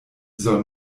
soll